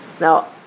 Now